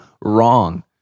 wrong